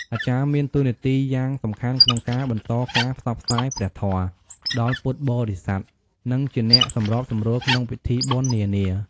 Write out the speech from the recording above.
អាចារ្យមានតួនាទីយ៉ាងសំខាន់ក្នុងការ បន្តការផ្សព្វផ្សាយព្រះធម៌ ដល់ពុទ្ធបរិស័ទ និងជាអ្នកសម្របសម្រួលក្នុងពិធីបុណ្យនានា។